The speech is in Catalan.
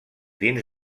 dins